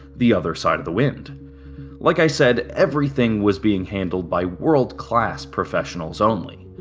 the other side of the wind like i said, everything was being handled by world-class professionals only.